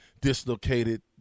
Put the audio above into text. dislocated